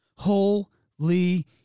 Holy